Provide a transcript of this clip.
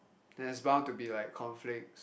there's bound to be like conflicts